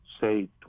say